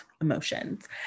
emotions